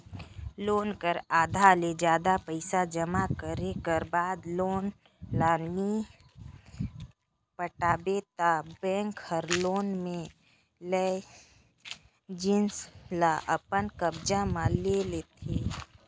loan कर आधा ले जादा पइसा जमा करे कर बाद लोन ल नी पटाबे ता बेंक हर लोन में लेय जिनिस ल अपन कब्जा म ले लेथे